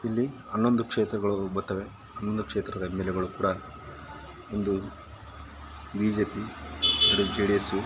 ಅಲ್ಲಿ ಹನ್ನೊಂದು ಕ್ಷೇತ್ರಗಳು ಬರ್ತವೆ ಅನ್ನೊಂದು ಕ್ಷೇತ್ರದ ಎಮ್ ಎಲ್ ಎಗಳು ಕೂಡ ಒಂದು ಬಿ ಜೆ ಪಿ ಎರಡು ಜೆ ಡಿ ಎಸ್ಸು